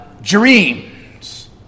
dreams